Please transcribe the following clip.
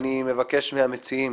אני מבקש מהמציעים